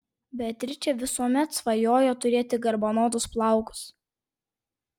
beatričė visuomet svajojo turėti garbanotus plaukus